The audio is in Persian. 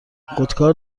خودکار